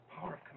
power